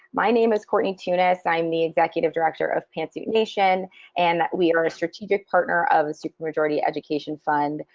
my name is cortney tunis, i'm the executive director of pantsuit nation and we are a strategic partner of supermajority education fund,